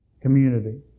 Community